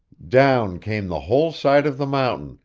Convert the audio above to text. down came the whole side of the mountain,